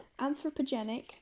anthropogenic